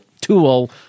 tool